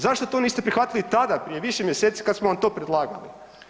Zašto to niste prihvatili tada prije više mjeseci kada smo vam to predlagali?